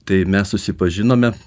tai mes susipažinome